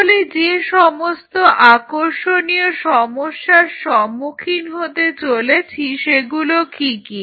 তাহলে যে সমস্ত আকর্ষণীয় সমস্যার সম্মুখীন হতে চলেছি সেগুলো কি কি